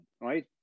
right